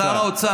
שר האוצר.